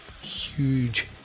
huge